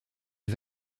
est